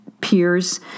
peers